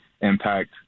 impact